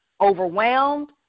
overwhelmed